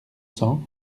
cents